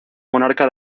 monarca